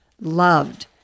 loved